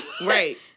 right